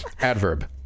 Adverb